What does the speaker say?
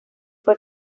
fue